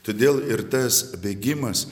todėl ir tas bėgimas